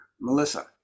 Melissa